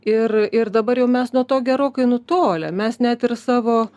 ir ir dabar jau mes nuo to gerokai nutolę mes net ir savo